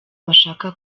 bashaka